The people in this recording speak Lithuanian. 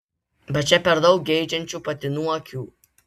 bet čia per daug geidžiančių patinų akių